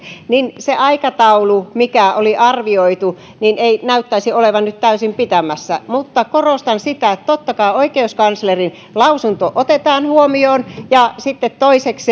se aikataulu mikä oli arvioitu ei näyttäisi olevan nyt täysin pitämässä mutta korostan sitä että totta kai oikeuskanslerin lausunto otetaan huomioon ja sitten toisekseen